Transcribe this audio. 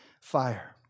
fire